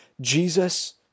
Jesus